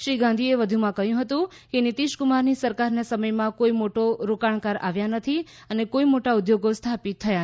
શ્રી ગાંધીએ કહ્યું કે નિતીશકુમારની સરકારના સમયમાં કોઇ મોટા રોકાણકારો આવ્યા નથી અને કોઇ મોટા ઉદ્યોગો સ્થાપિત થયા નથી